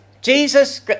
Jesus